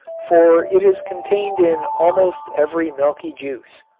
for it is contained in almost every milky juice.